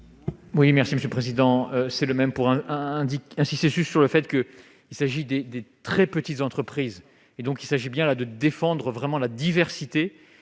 Oui, merci Monsieur le Président, c'est le même pour un indique ainsi, c'est sur le fait que il s'agit des des très petites entreprises et donc il s'agit bien là de défendre vraiment la diversité